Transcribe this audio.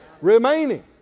remaining